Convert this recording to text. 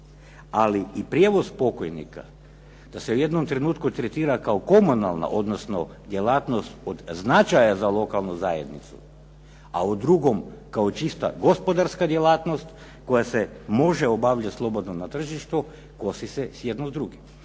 Ali i prijevoz pokojnika da se u jednom trenutku tretira kao komunalna, odnosno djelatnost od značaja za lokalnu zajednicu, a u drugom kao čista gospodarska djelatnost koja se može obavljati slobodno na tržištu kosi se jedno s drugim.